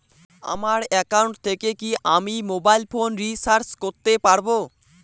আমার একাউন্ট থেকে কি আমি মোবাইল ফোন রিসার্চ করতে পারবো?